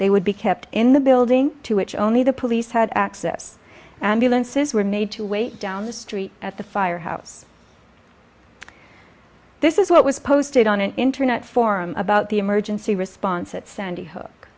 they would be kept in the building to which only the police had access ambulances were made to wait down the street at the firehouse this is what was posted on an internet forum about the emergency response at sandy hook